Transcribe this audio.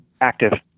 Active